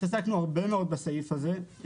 התעסקנו הרבה מאוד בסעיף הזה.